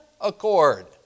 accord